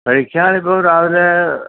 കഴിക്കാൻ ഇപ്പോൾ രാവിലെ